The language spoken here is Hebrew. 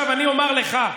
עכשיו, אני אומר לך,